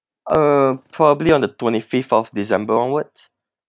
uh probably on the twenty fifth of december onwards